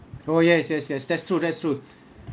oh yes yes yes that's true that's true